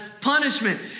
punishment